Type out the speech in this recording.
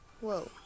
Whoa